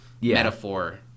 metaphor